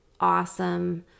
awesome